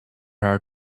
her